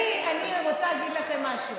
אני רוצה להגיד לכם משהו,